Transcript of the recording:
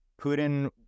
Putin